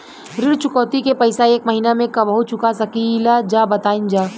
ऋण चुकौती के पैसा एक महिना मे कबहू चुका सकीला जा बताईन जा?